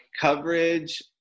coverage